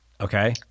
Okay